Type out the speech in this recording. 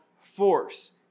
force